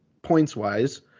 points-wise